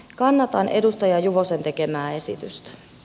kannatan edustaja juvosen tekemää esitystä